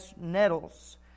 nettles